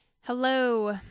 Hello